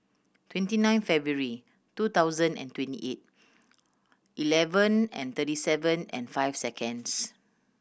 twenty nine February two thousand and twenty eight eleven and thirty seven and five seconds